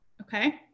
Okay